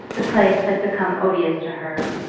the place had become odious to her.